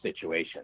situation